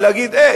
ולהגיד: אה,